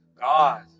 God